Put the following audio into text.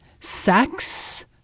Sex